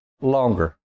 longer